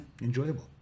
enjoyable